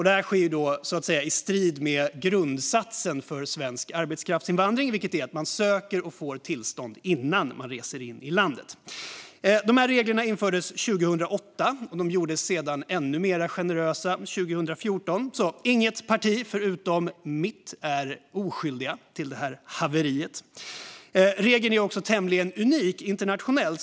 Det sker då så att säga i strid med grundsatsen för svensk arbetskraftsinvandring, som är att man ska söka och få arbetstillstånd innan man reser in i landet. Reglerna för detta infördes 2008 och gjordes ännu mer generösa 2014, så inget parti förutom mitt är oskyldigt till det här haveriet. Regeln är också tämligen unik internationellt sett.